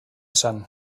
esan